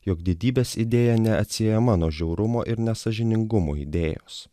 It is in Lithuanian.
jog didybės idėja neatsiejama nuo žiaurumo ir nesąžiningumo idėjos